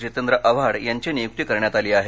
जितेंद्र आव्हाड यांची नियुक्ती करण्यात आली आहे